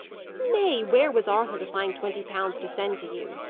nay, where was arthur to find twenty pounds to send to you?